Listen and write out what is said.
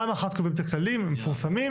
פעם אחת קובעים את הכללים, מפרסמים.